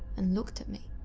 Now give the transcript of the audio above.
and looked at me.